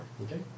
Okay